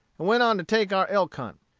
and went on to take our elk-hunt.